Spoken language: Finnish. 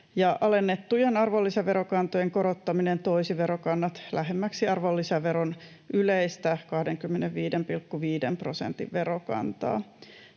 alennettujen arvonlisäverokantojen korottaminen toisi verokannat lähemmäksi arvonlisäveron yleistä 25,5 prosentin verokantaa.